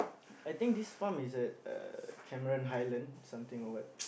I think farm is at uh Cameron-Highland something or what